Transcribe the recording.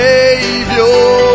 Savior